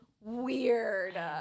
weird